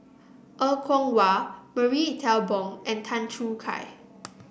Er Kwong Wah Marie Ethel Bong and Tan Choo Kai